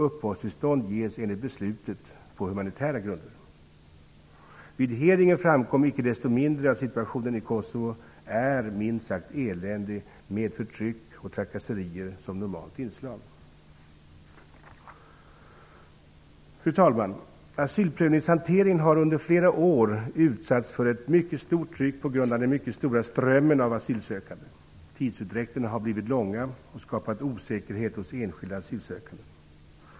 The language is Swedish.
Uppehållstillstånd ges enligt beslutet på humanitära grunder. Vid utfrågningen framkom icke desto mindre att situationen i Kosovo är minst sagt eländig, med förtryck och trakasserier som normala inslag. Fru talman! Asylprövningshanteringen har under flera år utsatts för ett mycket stort tryck på grund av den mycket stora strömmen av asylsökande. Tidsutdräkten har blivit lång och skapat osäkerhet hos enskilda asylsökande.